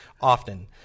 often